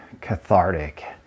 cathartic